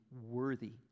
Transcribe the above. worthy